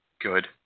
Good